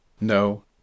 No